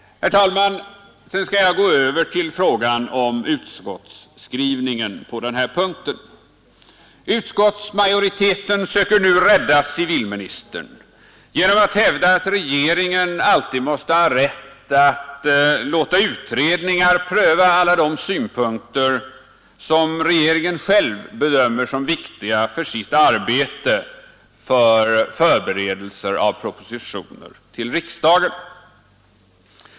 Herr talman! Sedan skall jag gå över till frågan om utskottsskrivningen, på den här punkten. Utskottsmajoriteten söker nu rädda civilministern genom att hävda att regeringen alltid måste ha rätt att låta utredningar pröva alla de synpunkter som regeringen själv bedömer som viktiga för sitt arbete för förberedelser av propositioner till riksdagen.